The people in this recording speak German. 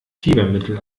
fiebermittel